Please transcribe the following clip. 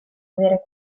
avere